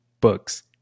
books